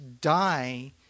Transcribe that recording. die